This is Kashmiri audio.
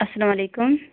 اسلام علیکُم